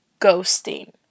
ghosting